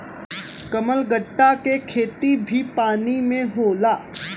कमलगट्टा के खेती भी पानी में होला